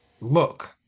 look